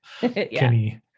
Kenny